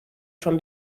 from